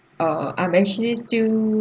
uh I'm actually still